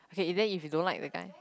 okay then if you don't like the guy